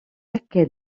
aquest